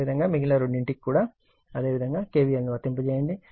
అదేవిధంగా మిగిలిన రెండింటికీ కూడా అదేవిధంగా k v l ను వర్తింపజేయండి